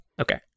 Okay